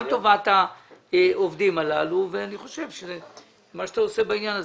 גם טובת העובדים ואני חושב שמה שאתה עושה בעניין הזה,